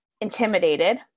intimidated